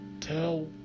tell